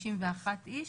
איש.